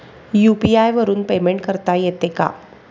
UPI वरून payment करता येते का?